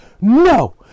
No